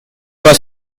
pas